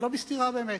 זה לא בסתירה באמת,